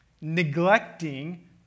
Neglecting